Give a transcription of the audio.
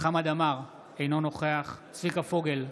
חמד עמאר, אינו נוכח צביקה פוגל,